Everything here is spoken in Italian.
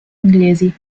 inglesi